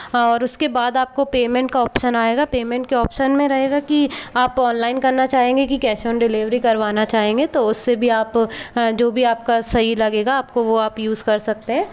और उसके बाद आपको पेमेंट का ऑप्शन आएगा पेमेंट के ऑप्शन में रहेगा कि आप ऑनलाइन करना चाहेंगे या कैश ऑन डिलीवरी करवाना चाहेंगे तो उससे भी आप जो भी आपका सही लगेगा वो आप यूज़ कर सकते हैं